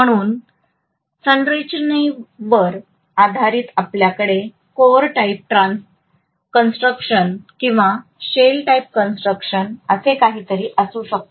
म्हणून बांधकामांवर आधारित आपल्याकडे कोअर टाइप कन्स्ट्रक्शन किंवा शेल टाइप कन्स्ट्रक्शन असे काहीतरी असू शकते